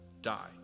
die